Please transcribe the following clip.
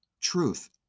truth